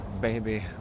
baby